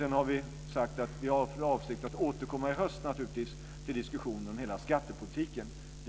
Sedan har vi sagt att vi naturligtvis har för avsikt att återkomma i höst till diskussionen om hela skattepolitiken.